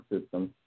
system